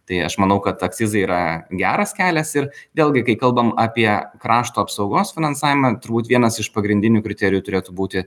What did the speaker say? tai aš manau kad akcizai yra geras kelias ir vėlgi kai kalbam apie krašto apsaugos finansavimą turbūt vienas iš pagrindinių kriterijų turėtų būti